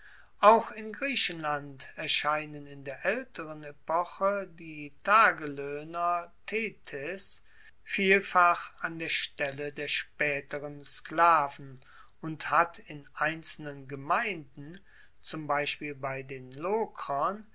auch in griechenland erscheinen in der aelteren epoche die tageloehner vielfach an der stelle der spaeteren sklaven und hat in einzelnen gemeinden zum beispiel bei den lokrern